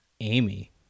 amy